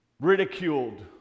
Ridiculed